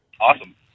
awesome